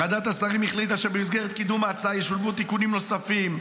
ועדת השרים החליטה שבמסגרת קידום ההצעה ישולבו תיקונים נוספים.